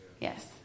Yes